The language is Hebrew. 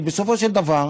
כי בסופו של דבר